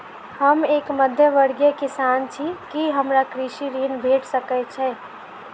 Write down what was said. हम एक मध्यमवर्गीय किसान छी, की हमरा कृषि ऋण भेट सकय छई?